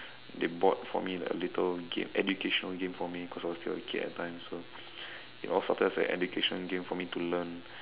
they bought for me like a little game a educational game because I was still a kid at that time so it all started as an education game for me to learn